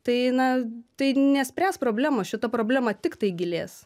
tai na tai nespręs problemos šita problema tiktai gilės